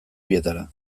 bietara